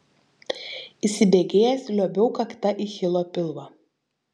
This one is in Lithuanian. įsibėgėjęs liuobiau kakta į hilo pilvą